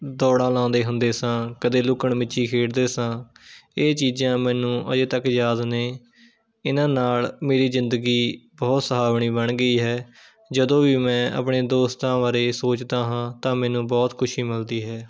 ਦੌੜਾਂ ਲਾਉਂਦੇ ਹੁੰਦੇ ਸਾਂ ਕਦੇ ਲੁਕਣ ਮਿਚੀ ਖੇਡਦੇ ਸਾਂ ਇਹ ਚੀਜ਼ਾਂ ਮੈਨੂੰ ਅਜੇ ਤੱਕ ਯਾਦ ਨੇ ਇਹਨਾਂ ਨਾਲ਼ ਮੇਰੀ ਜ਼ਿੰਦਗੀ ਬਹੁਤ ਸੁਹਾਵਣੀ ਬਣ ਗਈ ਹੈ ਜਦੋਂ ਵੀ ਮੈਂ ਆਪਣੇ ਦੋਸਤਾਂ ਬਾਰੇ ਸੋਚਦਾ ਹਾਂ ਤਾਂ ਮੈਨੂੰ ਬਹੁਤ ਖੁਸ਼ੀ ਮਿਲਦੀ ਹੈ